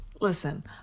listen